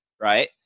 Right